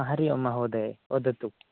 हरि ओम् महोदय वदतु